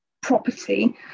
property